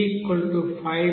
85 ఉంటుంది